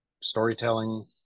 storytelling